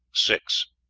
six.